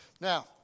Now